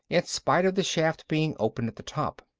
in spite of the shaft being open at the top.